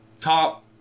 top